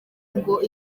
ngo